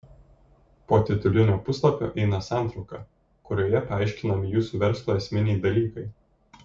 po titulinio puslapio eina santrauka kurioje paaiškinami jūsų verslo esminiai dalykai